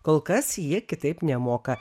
kol kas jie kitaip nemoka